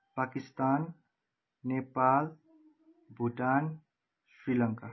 Pakistan Nepal Bhutan Sri Lanka